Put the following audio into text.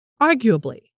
Arguably